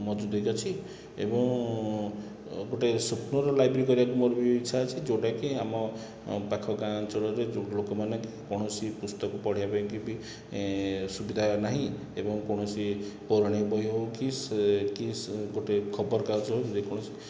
ମହଜୁଦ ହୋଇକି ଅଛି ଏବଂ ଗୋଟିଏ ସ୍ଵପ୍ନର ଲାଇବ୍ରେରୀ କରିବା ପାଇଁ ମୋର ବି ଇଚ୍ଛା ଅଛି ଯେଉଁଟାକି ଆମ ପାଖ ଗାଁ ଅଞ୍ଚଳରେ ଯେଉଁ ଲୋକମାନେ କୌଣସି ପୁସ୍ତକ ପଢ଼ିବା ପାଇଁକି ବି ସୁବିଧା ନାହିଁ ଏବଂ କୌଣସି ପୌରାଣିକ ବହି ହେଉ କି ସେ କି ଗୋଟିଏ ଖବରକାଗଜ ହେଉ ଯେକୌଣସି